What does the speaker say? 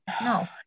No